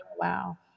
wow